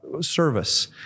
service